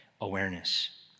awareness